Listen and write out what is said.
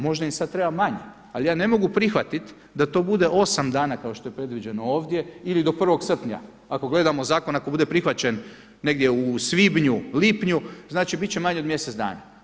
Možda im sad treba manje, ali ja ne mogu prihvatit da to bude 8 dana kao što je predviđeno ovdje ili do 1. srpnja ako gledamo zakon, ako bude prihvaćen negdje u svibnju, lipnju, znači bit će manje od mjesec dana.